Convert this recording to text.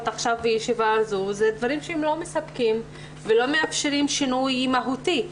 עכשיו בישיבה זו אלה דברים שלא מספקים ולא מאפשרים שינוי מהותי.